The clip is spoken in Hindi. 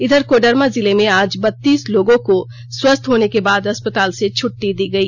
इधर कोडरमा जिले में आज बत्तीस लोगों को स्वस्थ होने के बाद अस्पताल से छुटटी दी गई